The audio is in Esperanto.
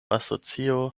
asocio